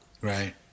Right